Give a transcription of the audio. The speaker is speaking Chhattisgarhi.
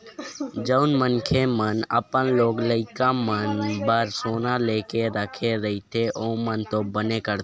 जउन मनखे मन अपन लोग लइका मन बर सोना लेके रखे रहिथे ओमन तो बने करथे